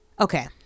okay